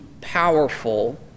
powerful